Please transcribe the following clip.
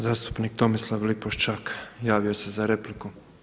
Zastupnik Tomislav Lipošćak javio se za repliku.